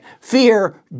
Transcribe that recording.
Fear